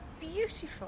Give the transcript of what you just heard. beautiful